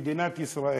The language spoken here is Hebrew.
מדינת ישראל,